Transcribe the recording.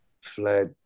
fled